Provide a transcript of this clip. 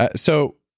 ah so,